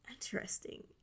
Interesting